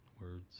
Words